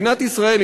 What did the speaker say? מדינת ישראל,